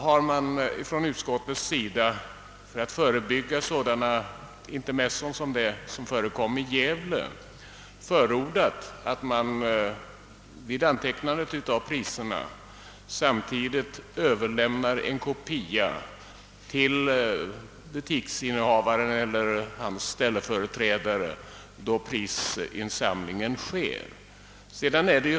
För att förebygga sådana intermezzon som de som förekom i Gävle har utskottet då förordat att en kopia av prisnoteringarna i samband med insamlingen överlämnas till butiksinnehavaren = eller hans ställföreträdare.